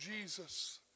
Jesus